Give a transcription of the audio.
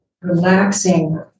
Relaxing